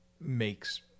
makes